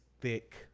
thick